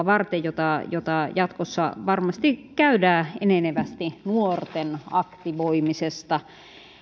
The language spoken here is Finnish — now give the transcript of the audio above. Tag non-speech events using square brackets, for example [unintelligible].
[unintelligible] varten jota jota jatkossa varmasti käydään enenevästi nuorten aktivoimisesta